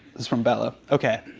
is from bella. okay.